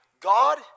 God